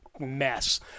mess